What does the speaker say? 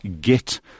get